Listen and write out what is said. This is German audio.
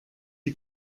die